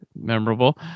memorable